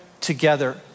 together